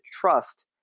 trust